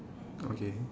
okay